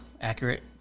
accurate